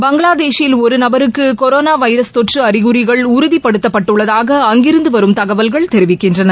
பங்ளாதேஷில் ஒரு நபருக்கு corona virus தொற்று அறிகுறிகள் உறுதிபடுத்தப்பட்டுள்ளதாக அங்கிருந்து வரும் தகவல்கள் தெரிவிக்கின்றன